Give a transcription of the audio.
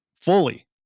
fully